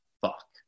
fuck